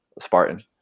spartan